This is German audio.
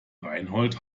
reinhold